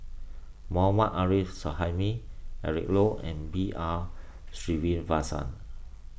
Mohammad Arif Suhaimi Eric Low and B R Sreenivasan